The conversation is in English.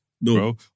No